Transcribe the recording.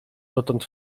dotąd